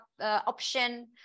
option